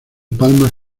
palmas